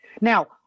now